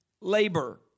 labor